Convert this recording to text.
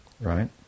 right